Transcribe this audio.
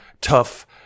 tough